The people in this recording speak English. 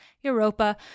Europa